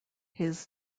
his